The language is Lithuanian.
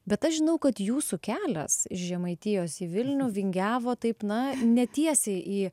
bet aš žinau kad jūsų kelias iš žemaitijos į vilnių vingiavo taip na ne tiesiai į